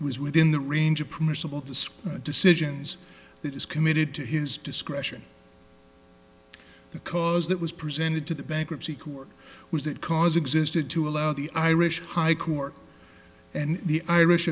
was within the range of permissible to school decisions that is committed to his discretion the cause that was presented to the bankruptcy court was that cause existed to allow the irish high court and the irish